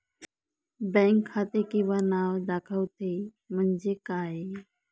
Bank खाते किंवा नाव दाखवते म्हणजे काय?